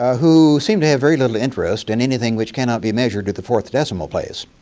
ah who seem to have very little interest in anything which cannot be measured at the fourth decimal place